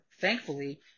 thankfully